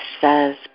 says